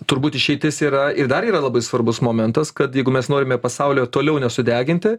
turbūt išeitis yra ir dar yra labai svarbus momentas kad jeigu mes norime pasaulyje toliau nesudeginti